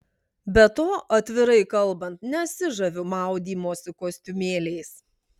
be to atvirai kalbant nesižaviu maudymosi kostiumėliais